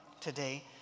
today